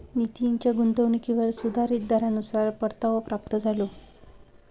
नितीनच्या गुंतवणुकीवर सुधारीत दरानुसार परतावो प्राप्त झालो